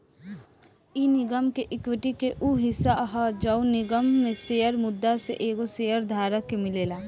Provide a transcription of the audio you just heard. इ निगम के एक्विटी के उ हिस्सा ह जवन निगम में शेयर मुद्दा से एगो शेयर धारक के मिलेला